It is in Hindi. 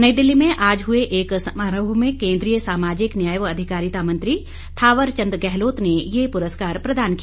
नई दिल्ली में आज हुए एक समारोह में केंद्रीय सामाजिक न्याय व अधिकारिता मंत्री थावर चंद गहलोत ने ये पुरस्कार प्रदान किया